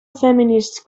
feminist